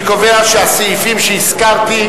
סעיף 30,